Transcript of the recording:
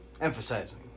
emphasizing